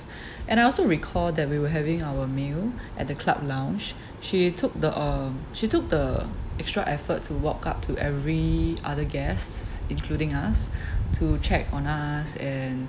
and I also recall that we were having our meal at the club lounge she took the um she took the extra effort to walk up to every other guests including us to check on us and